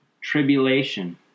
tribulation